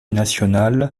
nationale